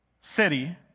city